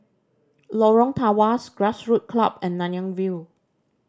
Lorong Tawas Grassroots Club and Nanyang View